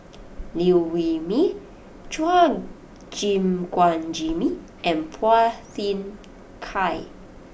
Liew Wee Mee Chua Gim Guan Jimmy and Phua Thin Kiay